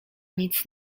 nic